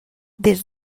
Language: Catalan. des